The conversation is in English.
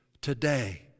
today